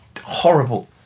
horrible